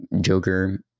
Joker